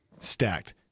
Stacked